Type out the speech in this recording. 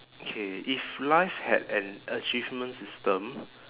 okay if life had an achievement system